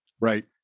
Right